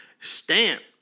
stamp